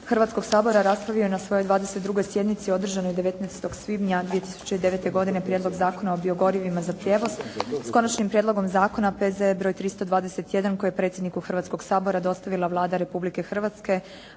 Hrvatskog sabora raspravio je na svojoj 22. sjednici održanoj 19. svibnja 2009. godine Prijedlog zakona o biogorivima za prijevoz s Konačnim prijedlogom zakona, P.Z.E. br. 321 koji je predsjedniku Hrvatskog sabora dostavila Vlada Republike Hrvatske